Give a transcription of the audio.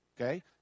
Okay